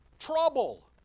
trouble